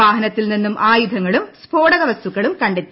വാഹനത്തിൽ നിന്നും ആയുധങ്ങളും സ്ഫോടക വസ്തുക്കളും കണ്ടെത്തി